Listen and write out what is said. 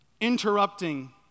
interrupting